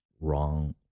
wrong